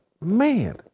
man